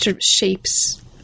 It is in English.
shapes